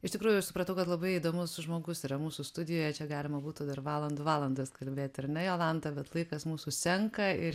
iš tikrųjų aš supratau kad labai įdomus žmogus yra mūsų studijoje čia galima būtų dar valandų valandas kalbėti ar ne jolanta bet laikas mūsų senka ir